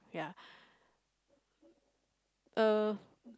ya uh